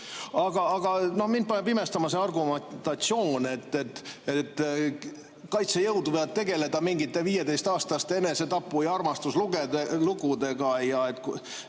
Aga mind paneb imestama see argumentatsioon, et kaitsejõud võivad tegeleda mingite 15‑aastaste enesetapu- ja armastuslugudega,